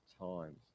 times